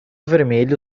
vermelho